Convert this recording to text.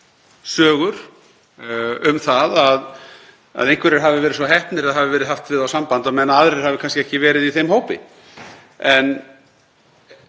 sögur um það að einhverjir hafi verið svo heppnir að haft hafi verið samband við þá á meðan aðrir hafi kannski ekki verið í þeim hópi. En